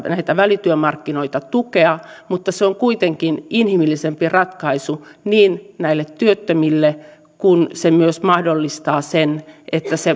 näitä välityömarkkinoita tukea mutta se kuitenkin on inhimillisempi ratkaisu näille työttömille samoin kuin myös mahdollistaa sen että